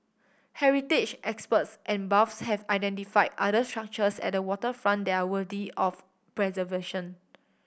heritage experts and buffs have identified other structures at the waterfront that are worthy of preservation